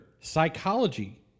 psychology